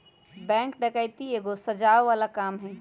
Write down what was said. bank डकैती एगो सजाओ बला काम हई